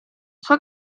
sua